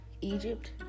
Egypt